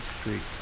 streets